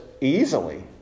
easily